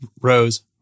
Rose